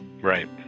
right